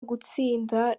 gutsinda